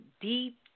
deep